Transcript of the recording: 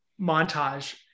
montage